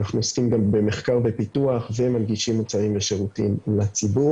אנחנו עוסקים גם במחקר ופיתוח ומנגישים מוצרים ושירותים לציבור,